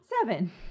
Seven